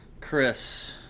Chris